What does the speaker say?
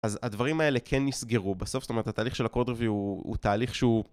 אז הדברים האלה כן נסגרו בסוף, זאת אומרת התהליך של הcode review הוא תהליך שהוא...